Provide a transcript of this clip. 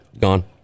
Gone